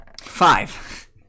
Five